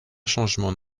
changement